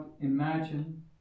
imagine